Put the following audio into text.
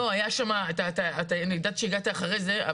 לא, היה שם, אני יודעת שהגעתי אחרי זה.